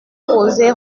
posé